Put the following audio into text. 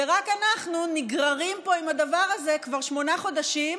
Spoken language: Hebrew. ורק אנחנו נגררים פה עם הדבר הזה כבר שמונה חודשים,